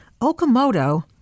Okamoto